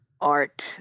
art